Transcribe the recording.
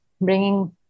bringing